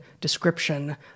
description